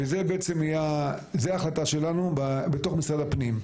וזו החלטה שלנו בתוך משרד הפנים.